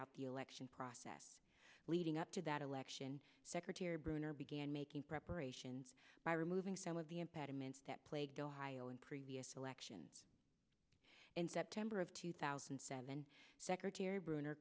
out the election process leading up to that election secretary bruner began making preparations by removing some of the impediments that plagued ohio in previous election and september of two thousand and seven secretary bru